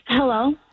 Hello